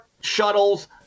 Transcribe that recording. shuttles